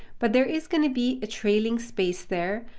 but there is going to be a trailing space there.